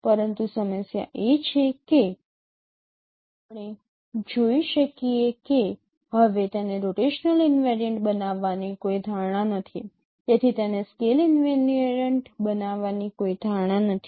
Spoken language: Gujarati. પરંતુ સમસ્યા એ છે કે આપણે જોઈ શકીએ કે હવે તેને રોટેશનલ ઈનવેરિયન્ટ બનાવવાની કોઈ ધારણા નથી તેથી તેને સ્કેલ ઈનવેરિયન્ટ બનાવવાની કોઈ ધારણા નથી